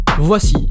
Voici